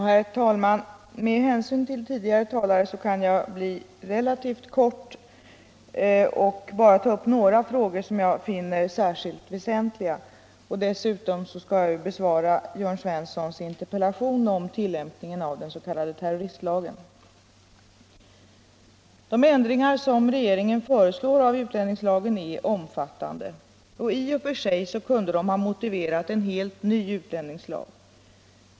Herr talman! Med hänsyn till vad tidigare talare har anfört kan jag fatta mig relativt kort. Jag skall bara ta upp några frågor som jag finner särskilt väsentliga. Dessutom skall jag besvara Jörn Svenssons interpellation om tillämpningen av den s.k. terroristlagen. De ändringar av utlänningslagen som regeringen föreslår är omfattande. De kunde i och för sig ha motiverat en helt ny utlänningslag.